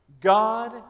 God